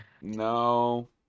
No